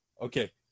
okay